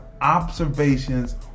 observations